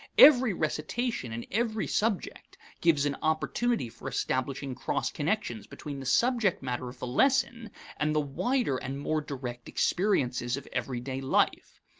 every recitation in every subject gives an opportunity for establishing cross connections between the subject matter of the lesson and the wider and more direct experiences of everyday life.